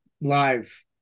live